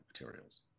materials